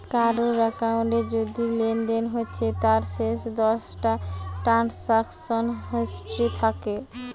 কারুর একাউন্টে যদি লেনদেন হচ্ছে তার শেষ দশটা ট্রানসাকশান হিস্ট্রি থাকে